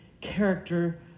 character